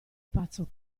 pazzo